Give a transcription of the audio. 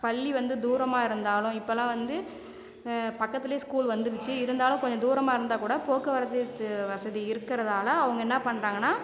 பள்ளி வந்து தூரமாக இருந்தாலும் இப்போலாம் வந்து பக்கத்துலேயே ஸ்கூல் வந்துடுச்சு இருந்தாலும் கொஞ்சம் தூரமாக இருந்தால்கூட போக்குவரத்து வசதி இருக்கறதால் அவங்க வந்து என்ன பண்ணுறாங்கன்னா